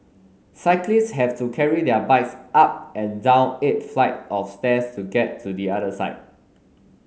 cyclists have to carry their bikes up and down eight flight of stairs to get to the other side